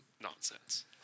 nonsense